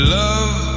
love